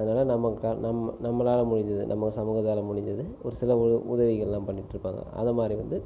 அதனால் நம்ம கா நம்ம நம்மளால் முடிஞ்சது நம்ம சமூகத்தால் முடிஞ்சது ஒரு சில உ உதவிகள்லாம் பண்ணிட்டுருக்காங்க அதமாதிரி வந்து